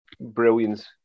brilliance